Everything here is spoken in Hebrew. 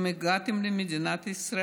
יהדותכם אשר